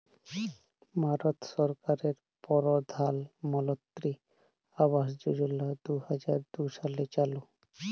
ভারত সরকারের পরধালমলত্রি আবাস যজলা দু হাজার দু সালে চালু